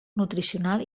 nutricional